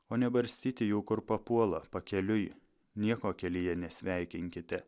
o ne barstyti jų kur papuola pakeliui nieko kelyje nesveikinkite